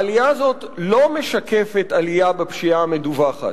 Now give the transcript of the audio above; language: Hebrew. העלייה הזאת לא משקפת עלייה בפשיעה המדווחת.